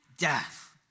Death